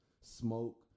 smoke